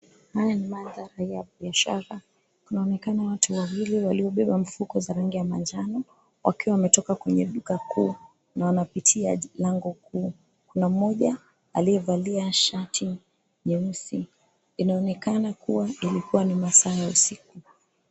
Haya ni mandhari ya biashara kunaonekana watu wawili waliobeba mfuko za rangi ya manjano wakiwa wametoka kwenye duka kuu na wanapitia lango kuu. Kuna mmoja aliyevalia shati nyeusi. Inaonekana kuwa ilikuwa ni masaa ya usiku.